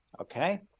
okay